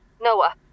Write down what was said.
Noah